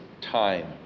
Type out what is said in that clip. time